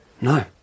No